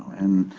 and